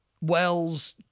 Wells